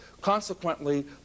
Consequently